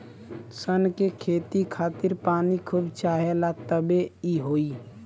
सन के खेती खातिर पानी खूब चाहेला तबे इ होई